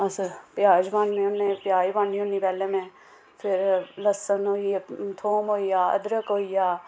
अस प्याज पान्ने होन्ने प्याज पान्नी होन्नी पैह्ले में फिर लहसुन होइ आ फ्ही थोम होइ आ अदरक होइ आ